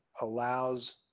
allows